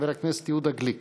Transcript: חבר הכנסת יהודה גליק.